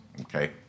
okay